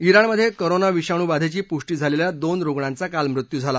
इराणमध्ये करोना विषाणूबाधेची पुष्टी झालेल्या दोन रुग्णांचा काल मृत्यू झाला